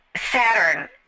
Saturn